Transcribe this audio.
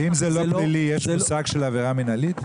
ואם זה לא פלילי יש מושג של עבירה מינהלית?